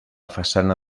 façana